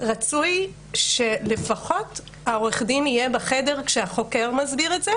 רצוי שלפחות עורך הדין יהיה בחדר כשהחוקר מסביר אותם,